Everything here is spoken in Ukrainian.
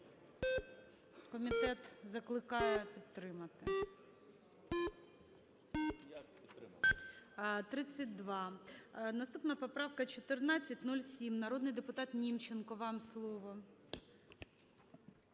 комітет закликає підтримати. 16:49:53 За-32 Наступна поправка – 1407. Народний депутат Німченко, вам слово.